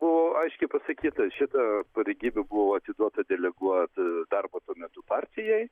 buvo aiškiai pasakyta šita pareigybė buvo atiduota deleguot darbo tuo metu partijai